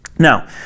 Now